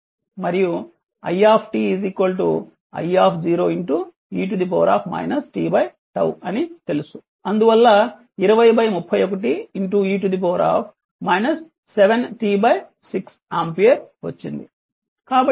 మరియు i i e t 𝜏 అని తెలుసు అందువల్ల 2031 e 7 t 6 ఆంపియర్ వచ్చింది